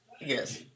Yes